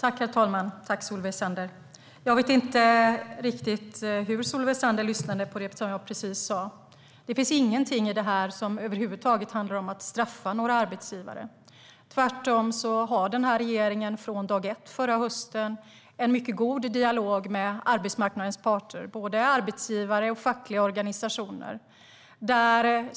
Herr talman! Jag tackar Solveig Zander, men jag vet inte riktigt hur hon lyssnade på det som jag precis sa. Det finns ingenting i det här som över huvud taget handlar om att straffa några arbetsgivare. Tvärtom har den här regeringen från dag ett förra hösten haft en mycket god dialog med arbetsmarknadens parter, både arbetsgivare och fackliga organisationer.